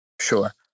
Sure